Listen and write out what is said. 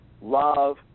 love